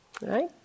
right